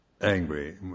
angry